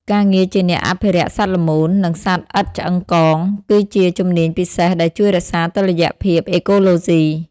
ការងារជាអ្នកអភិរក្សសត្វល្មូន និងសត្វឥតឆ្អឹងកង គឺជាជំនាញពិសេសដែលជួយរក្សាតុល្យភាពអេកូឡូស៊ី។